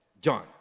John